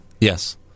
Yes